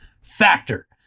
Factor